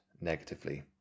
negatively